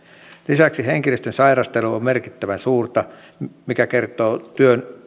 lisäksi henkilöstön sairastelu on merkittävän suurta mikä kertoo työn